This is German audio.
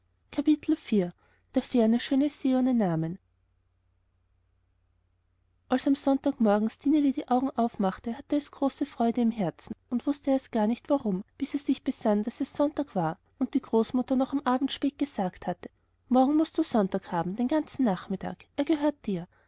der ferne schöne see ohne namen als am sonntagmorgen stineli die augen aufmachte hatte es eine große freude im herzen und wußte zuerst gar nicht warum bis es sich besann daß es sonntag war und die großmutter noch am abend spät gesagt hatte morgen mußt du sonntag haben den ganzen nachmittag er gehört dir